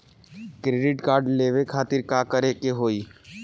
Credit card लेवे खातिर का करे के होई?